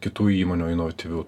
kitų įmonių inovatyvių